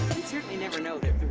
certainly never know